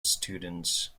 students